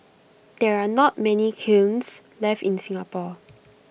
there are not many kilns left in Singapore